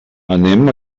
anem